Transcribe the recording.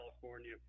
california